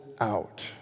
out